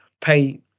pay